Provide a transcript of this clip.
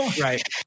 right